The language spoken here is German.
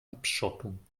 abschottung